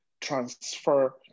transfer